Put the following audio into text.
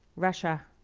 russia,